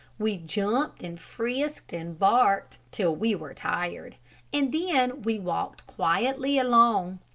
we jumped, and frisked, and barked, till we were tired and then we walked quietly along.